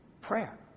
Prayer